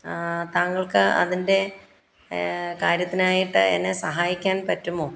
താങ്കൾക്ക് അതിൻ്റെ കാര്യത്തിനായിട്ട് എന്നെ സഹായിക്കാൻ പറ്റുമോ